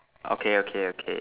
okay okay okay